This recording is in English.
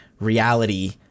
reality